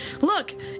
look